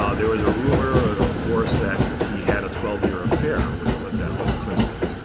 um there was a rumor, of course, that he had a twelve year affair with adele. klimt did.